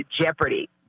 Jeopardy